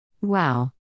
Wow